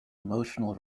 emotional